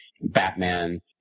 Batman